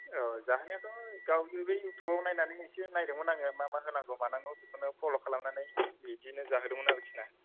औ जाहोनायाथ' गाव बिबादि इयथुबाव नायनानै एसे नायदोंमोन आङो मा मा होनांगौ मानांगौ बिखौनो फल' खालामनानै बिदिनो जाहोदोंमोन आरोखि ना